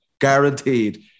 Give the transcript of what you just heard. Guaranteed